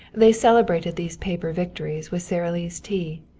they celebrated these paper victories with sara lee's tea,